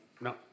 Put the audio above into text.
no